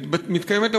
מתקיימת,